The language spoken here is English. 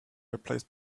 replaced